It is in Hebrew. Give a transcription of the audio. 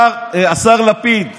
השר לפיד,